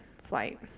flight